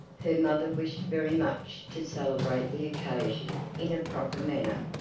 her mother wished very much to celebrate the occasion in a proper manner.